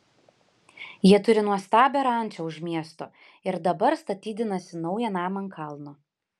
jie turi nuostabią rančą už miesto ir dabar statydinasi naują namą ant kalno